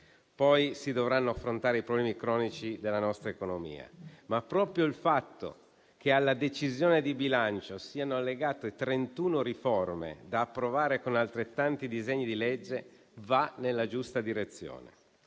Poi si dovranno affrontare i problemi cronici della nostra economia, ma proprio il fatto che alla decisione di bilancio siano allegate trentuno riforme da approvare con altrettanti disegni di legge va nella giusta direzione.